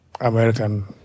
American